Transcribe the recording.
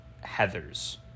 heather's